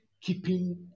keeping